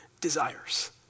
desires